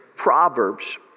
Proverbs